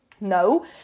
No